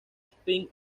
spin